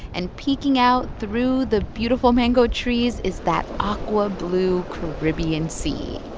and peeking out through the beautiful mangrove trees is that aqua blue caribbean sea.